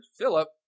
Philip